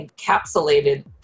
encapsulated